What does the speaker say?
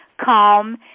calm